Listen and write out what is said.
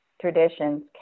traditions